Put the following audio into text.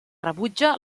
rebutja